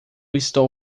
estou